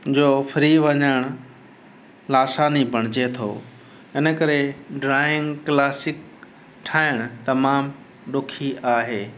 जो फ्री वञणु लासानी बणिजे थो इन करे ड्रॉइंग क्लासिक ठाहिणु तमामु ॾुखी आहे